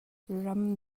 ram